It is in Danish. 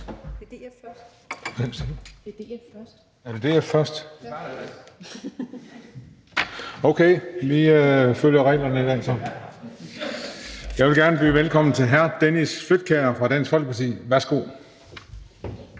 Folkeparti. Er det DF først? Okay, vi følger reglerne i dag så. Så vil jeg gerne byde velkommen til hr. Dennis Flydtkjær fra Dansk Folkeparti. Værsgo.